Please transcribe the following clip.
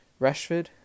Rashford